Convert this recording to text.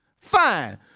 Fine